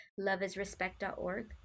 loveisrespect.org